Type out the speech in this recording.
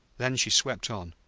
then she swept on,